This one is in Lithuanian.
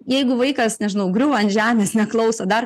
jeigu vaikas nežinau griūva ant žemės neklauso dar